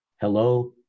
hello